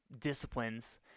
disciplines